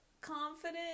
confident